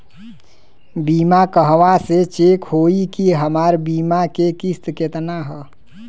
बीमा कहवा से चेक होयी की हमार बीमा के किस्त केतना ह?